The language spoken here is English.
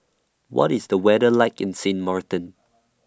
What IS The weather like in Sint Maarten